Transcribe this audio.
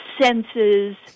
senses